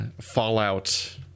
Fallout